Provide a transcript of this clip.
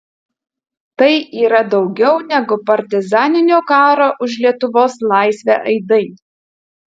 tai yra daugiau negu partizaninio karo už lietuvos laisvę aidai